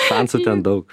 šansų ten daug